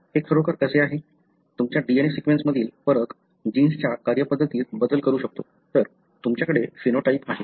हे खरोखर कसे आहे तुमच्या DNA सिक्वेन्स मधील फरक जीनच्या कार्यपद्धतीत बदल करू शकतो तर तुमच्याकडे फेनोटाइप आहे